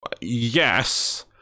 Yes